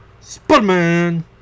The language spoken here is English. Spider-Man